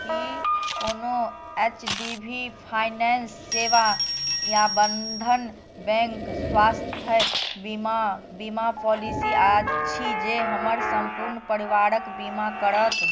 की कोनो H D B finance सेवा या बन्धन बैंक स्वास्थ्य बीमा बीमा पॉलिसी अछि जे हमर सम्पूर्ण परिवारक बीमा करत